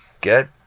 get